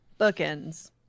Bookends